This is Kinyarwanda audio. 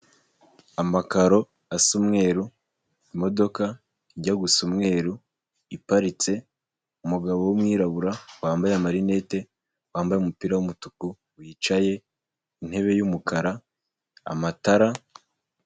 Amakaro asa umweru, imodoka ijya gusa umweru iparitse, umugabo w'umwirabura wambaye amarinete, wambaye umupira w'umutuku wicaye, intebe y'umukara, amatara...